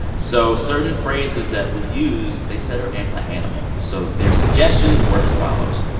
so certain phrases that we use they said are anti-animal. so their suggestions were as follows.